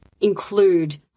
include